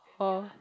oh